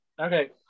okay